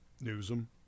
Newsom